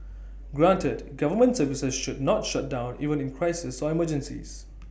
granted government services should not shut down even in crises or emergencies